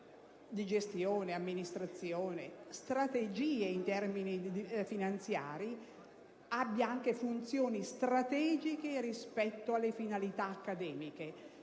di gestione, amministrazione e strategie in termini finanziari, abbia anche funzioni strategiche rispetto alle finalità accademiche.